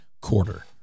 quarter